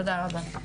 תודה רבה.